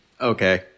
Okay